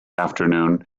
afternoon